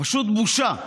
פשוט בושה.